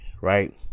right